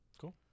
Cool